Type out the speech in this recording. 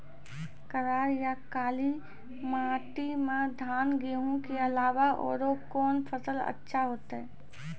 करार या काली माटी म धान, गेहूँ के अलावा औरो कोन फसल अचछा होतै?